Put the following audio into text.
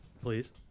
please